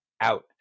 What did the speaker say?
out